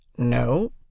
no